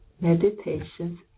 meditations